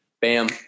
bam